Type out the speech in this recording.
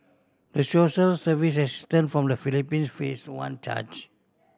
the social service assistant from the Philippines face one charge